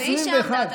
והיא שעמדה.